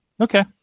Okay